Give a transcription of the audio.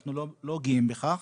ואנחנו לא גאים בכך.